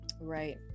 Right